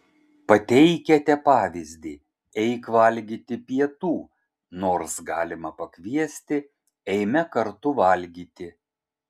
pateikiate pavyzdį eik valgyti pietų nors galima pakviesti eime kartu valgyti